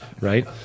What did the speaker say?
right